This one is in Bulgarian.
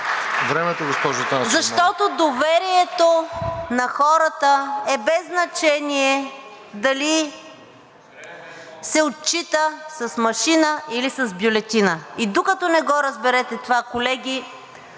ДЕСИСЛАВА АТАНАСОВА: Защото доверието на хората е без значение дали се отчита с машина, или с бюлетина и докато не го разберете това, колеги,